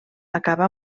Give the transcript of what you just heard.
acaba